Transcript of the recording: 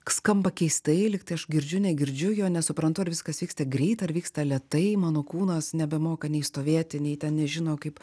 skamba keistai lyg tai aš girdžiu negirdžiu jo nesuprantu ar viskas vyksta greit ar vyksta lėtai mano kūnas nebemoka nei stovėti nei ten nežino kaip